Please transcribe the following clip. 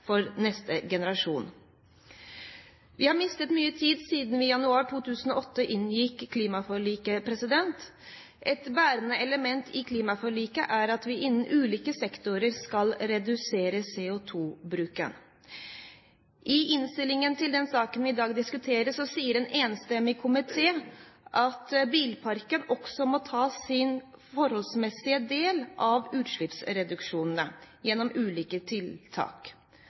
for neste generasjon. Vi har mistet mye tid siden vi i januar 2008 inngikk klimaforliket. Et bærende element i klimaforliket er at vi innen ulike sektorer skal redusere CO2-bruken. I innstillingen til den saken vi i dag diskuterer, sier en enstemmig komité at bilparken også må ta sin forholdsmessige del av utslippsreduksjonen gjennom ulike tiltak.